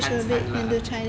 掺掺啦